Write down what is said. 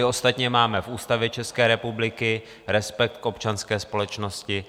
Ostatně máme v Ústavě České republiky respekt k občanské společnosti.